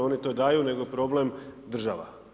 Oni to daju, nego je problem država.